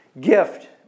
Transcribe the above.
gift